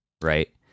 right